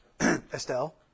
Estelle